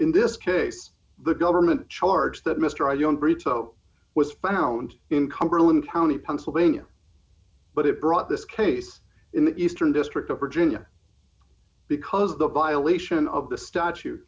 in this case the government charge that mr i don't breach was found in cumberland county pennsylvania but it brought this case in the eastern district of virginia because the violation of the statu